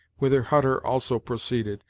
whither hutter also proceeded,